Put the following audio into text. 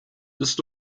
this